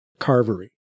Carvery